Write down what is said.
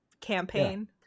campaign